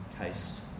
case